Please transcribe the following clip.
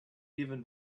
even